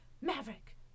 Maverick